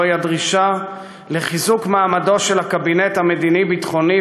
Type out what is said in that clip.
זוהי הדרישה לחיזוק מעמדו של הקבינט המדיני-ביטחוני